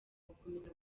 gukomeza